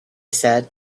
said